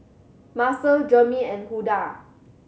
Macel Jermey and Huldah